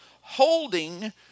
holding